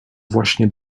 właśnie